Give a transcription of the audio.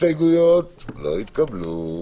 הצבעה לא נתקבלו.